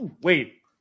Wait